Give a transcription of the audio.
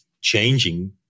changing